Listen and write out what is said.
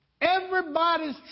everybody's